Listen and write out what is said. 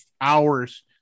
hours